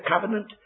covenant